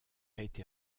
été